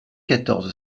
quatorze